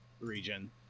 region